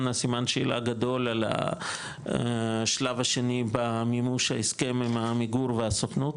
הסימן שאלה הגדול על השלב השני במימוש ההסכם עם עמיגור והסוכנות,